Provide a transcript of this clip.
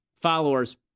followers